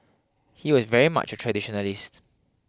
he was very much a traditionalist